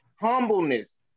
humbleness